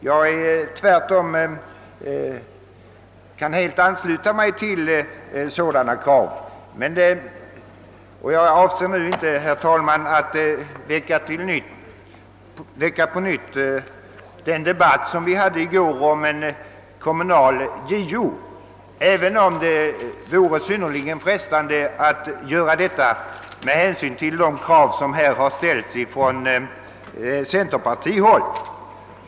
Jag kan tvärtom helt ansluta mig till sådana krav. Jag avser nu inte, herr talman, att på nytt väcka den debatt som vi hade i går om en kommunal JO, även om det vore synnerligen frestande att göra detta med hänsyn till de krav som här har ställts från centerpartihåll.